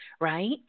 right